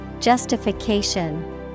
Justification